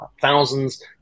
thousands